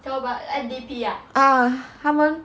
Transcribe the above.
oh 他们